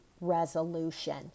resolution